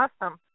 awesome